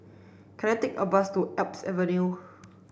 can I take a bus to Alps Avenue